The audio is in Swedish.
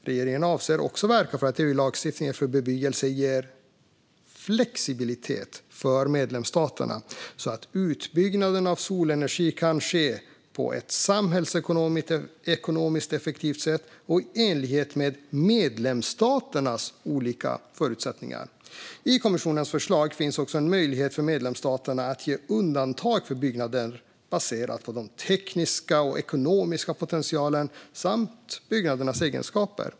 Regeringen avser också att verka för att EU-lagstiftningen för bebyggelse ska ge flexibilitet för medlemsstaterna så att utbyggnaden av solenergi kan ske på ett samhällsekonomiskt effektivt sätt och i enlighet med medlemsstaternas olika förutsättningar. I kommissionens förslag finns också en möjlighet för medlemsstaterna att göra undantag för byggnader baserat på den tekniska och ekonomiska potentialen samt byggnadernas egenskaper.